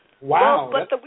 Wow